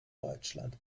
deutschland